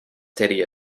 teddy